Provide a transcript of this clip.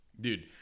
Dude